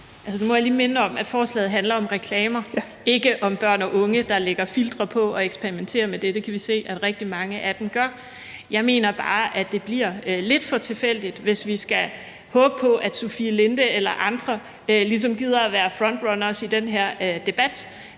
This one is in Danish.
Nu må jeg lige minde om, at forslaget handler om reklamer, ikke om børn og unge, der lægger filtre på og eksperimenterer med det, det kan vi se at rigtig mange af dem gør. Jeg mener bare, at det bliver lidt for tilfældigt, hvis vi skal håbe på, at Sofie Linde eller andre ligesom gider at være frontløbere i den her debat.